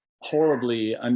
horribly